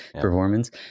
performance